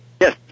Yes